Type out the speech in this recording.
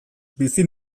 bizi